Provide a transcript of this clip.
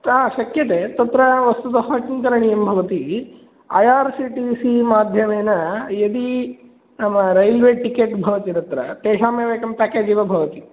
शक्यते तत्र वस्तुतः किं करणीयं भवति ऐ आर् सि टि सीमाध्यमेन यदि नाम रैल्वेटिकेट् भवति तत्र तेषामेव एकं पेकेज् इव भवति